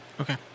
okay